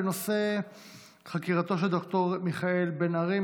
בנושא חקירתו של ד"ר מיכאל בן ארי,